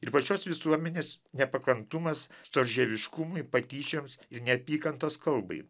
ir pačios visuomenės nepakantumas storžieviškumui patyčioms ir neapykantos kalbai